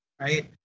right